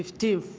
fifteen,